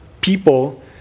people